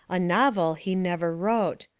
a novel he never wrote.